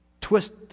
twist